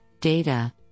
data